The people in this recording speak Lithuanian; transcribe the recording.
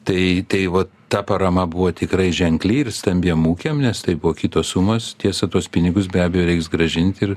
tai tai va ta parama buvo tikrai ženkli ir stambiem ūkiam nes tai buvo kitos sumos tiesa tuos pinigus be abejo reiks grąžinti ir